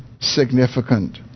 significant